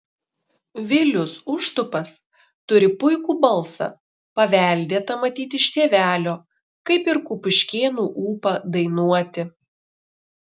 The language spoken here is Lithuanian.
vilius užtupas turi puikų balsą paveldėtą matyt iš tėvelio kaip ir kupiškėnų ūpą dainuoti